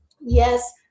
Yes